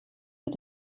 mit